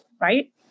right